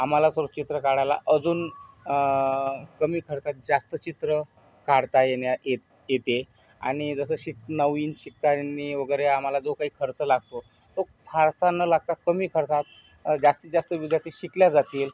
आम्हाला सुचित्र काढायला अजून कमी खर्चात जास्त चित्र काढता येण्या येत येते आणि जसं शिक नवीन शिकणाऱ्यांनी वगैरे आम्हाला जो काही खर्च लागतो तो फारसा न लागता कमी खर्चात जास्तीतजास्त विद्यार्थी शिकल्या जातील